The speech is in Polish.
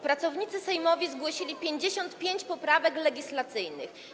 Pracownicy sejmowi zgłosili 55 poprawek legislacyjnych.